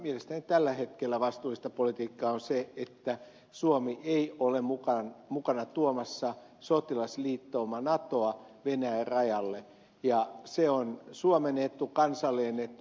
mielestäni tällä hetkellä vastuullista politiikkaa on se että suomi ei ole mukana tuomassa sotilasliittouma natoa venäjän rajalle ja se on suomen etu kansallinen etu